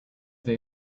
they